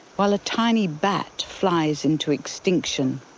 while a tiny bat flies into extinction.